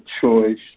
choice